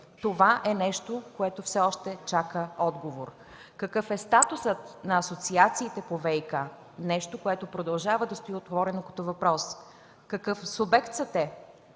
Това е нещо, което все още чака отговор. Какъв е статусът на асоциациите по ВиК – нещо, което продължава да стои отворено като въпрос, какъв субект са те,